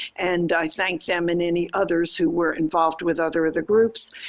and i thank them and any others who were involved with other of the groups.